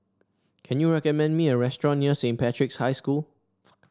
can you recommend me a restaurant near Saint Patrick's High School